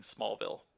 Smallville